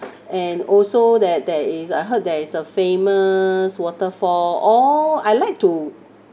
and also that there is I heard there is a famous waterfall or I like to